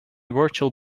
virtual